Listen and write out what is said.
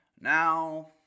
Now